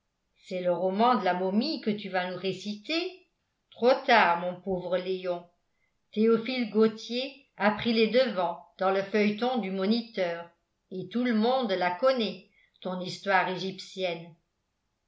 c'est le roman de la momie que tu vas nous réciter trop tard mon pauvre léon théophile gautier a pris les devants dans le feuilleton du moniteur et tout le monde la connaît ton histoire égyptienne